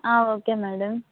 okay madam